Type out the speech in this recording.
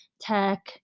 tech